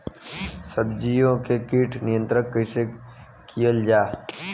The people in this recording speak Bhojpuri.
सब्जियों से कीट नियंत्रण कइसे कियल जा?